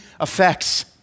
effects